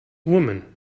woman